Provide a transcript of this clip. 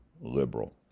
liberal